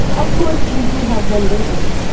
of course, we do have one wrinkle.